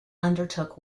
undertook